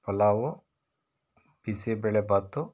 pulao bisibele bath